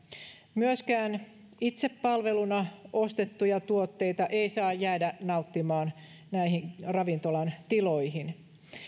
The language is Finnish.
myöskään itsepalveluna ostettuja tuotteita ei saa jäädä nauttimaan näihin ravintolan tiloihin